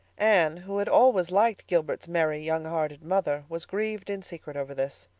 anne, who had always liked gilbert's merry, young-hearted mother, was grieved in secret over this.